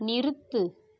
நிறுத்து